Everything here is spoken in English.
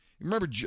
Remember